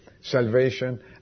salvation